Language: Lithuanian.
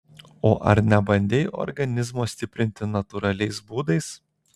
o ar nebandei organizmo stiprinti natūraliais būdais